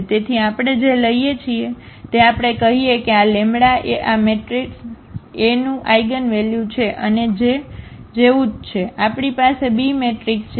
તેથી આપણે જે લઈએ છીએ તે આપણે કહીએ કે આ λ એ આ મેટ્રિક્સ A નું આઇગનવેલ્યુ છે અને એ જેવું જ છે આપણી પાસે b મેટ્રિક્સ છે